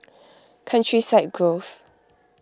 Countryside Grove